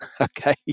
okay